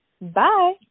Bye